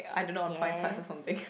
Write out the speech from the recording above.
I don't know on porn sites or something